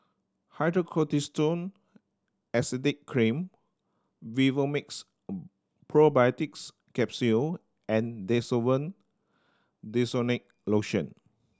Hydrocortisone Acetate Cream Vivomixx Probiotics Capsule and Desowen Desonide Lotion